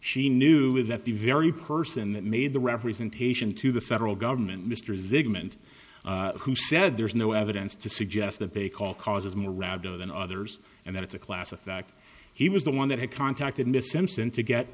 she knew that the very person that made the representation to the federal government mr zygmunt who said there is no evidence to suggest that they call causes more rather than others and that it's a class a fact he was the one that had contacted miss simpson to get